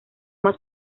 más